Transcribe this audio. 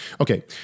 Okay